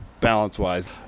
balance-wise